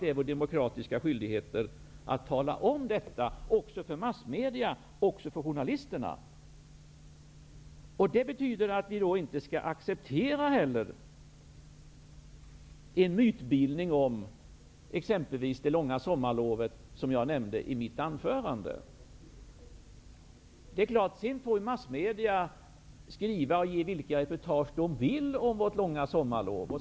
Det är vår demokratiska skyldighet att tala om detta också för massmedia och journalisterna. Vi skall då inte heller acceptera en mytbildning om t.ex. det långa sommarlovet, som jag nämnde i mitt anförande. Massmedia får ju skriva vilka reportage de vill om vårt långa sommarlov.